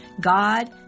God